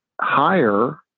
higher